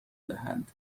دهند